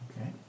Okay